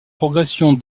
progression